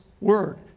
Word